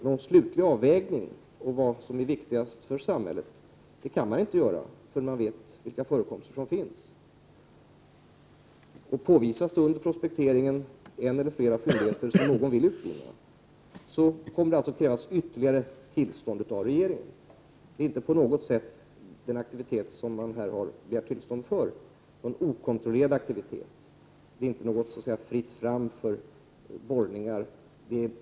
Den slutliga avvägningen av vad som är viktigast för samhället kan man inte göra förrän man vet vilka förekomster som finns. Om det vid prospekteringen påvisas en eller fler fyndigheter som någon vill utvinna, kommer det alltså att krävas ytterligare tillstånd av regeringen. Den aktivitet som man nu har begärt tillstånd för är inte på något sätt okontrollerad. Det är därmed inte fritt fram för borrningar.